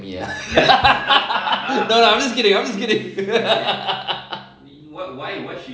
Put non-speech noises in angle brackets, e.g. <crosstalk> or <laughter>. to me ah <laughs> no no I'm just kidding I'm just kidding <laughs>